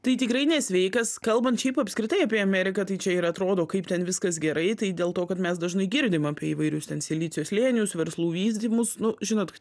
tai tikrai nesveikas kalbant šiaip apskritai apie ameriką tai čia ir atrodo kaip ten viskas gerai tai dėl to kad mes dažnai girdim apie įvairius ten silicio slėnius verslų vystymus nu žinot